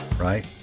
Right